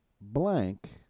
blank